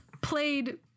played